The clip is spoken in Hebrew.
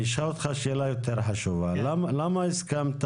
אני אשאל אותך שאלה יותר חשובה: למה הסכמת